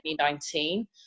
2019